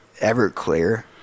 Everclear